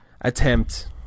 attempt